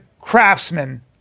craftsman